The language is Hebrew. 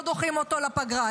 לא דוחים אותו לפגרה.